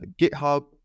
github